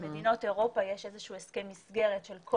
במדינות אירופה יש איזה שהוא הסכם מסגרת של כל